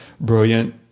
brilliant